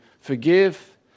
Forgive